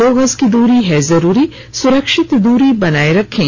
दो गज की दूरी है जरूरी सुरक्षित दूरी बनाए रखें